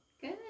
Good